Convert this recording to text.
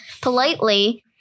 politely